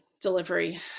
delivery